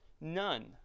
None